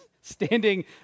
standing